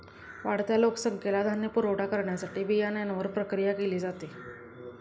वाढत्या लोकसंख्येला धान्य पुरवठा करण्यासाठी बियाण्यांवर प्रक्रिया केली जाते